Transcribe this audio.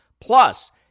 Plus